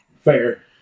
Fair